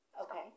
Okay